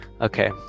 Okay